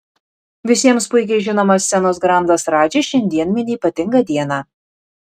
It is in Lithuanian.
visiems puikiai žinomas scenos grandas radži šiandien mini ypatingą dieną